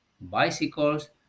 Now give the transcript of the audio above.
bicycles